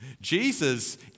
Jesus